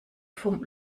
vom